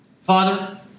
Father